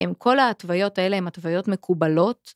‫עם כל התוויות האלה ‫הן התוויות מקובלות?